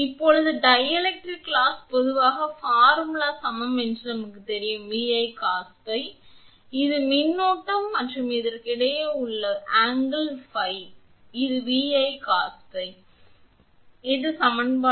இப்போது dielectric loss பொதுவாக formula சமம் என்று நமக்குத் தெரியும் 𝑉𝐼 cos this ஏனெனில் இது எனது மின்னழுத்தம் இது மின்னோட்டம் மற்றும் இதற்கு இடையே உள்ள கோணம்𝜙 எனவே அது 𝑉𝐼 cos 𝜙 மற்றும் 90 90 ° to க்கு சமம்